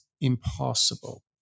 impossible